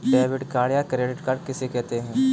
Debit या credit card किसे कहते हैं?